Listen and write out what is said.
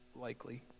likely